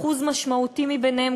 אחוז משמעותי מהם,